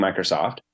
Microsoft